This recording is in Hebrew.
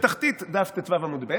בתחתית דף ט"ו, עמוד ב'.